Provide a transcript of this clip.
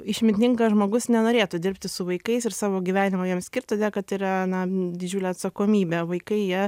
išmintingas žmogus nenorėtų dirbti su vaikais ir savo gyvenimą jiem skirt todėl kad yra na didžiulė atsakomybė vaikai jie